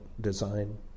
design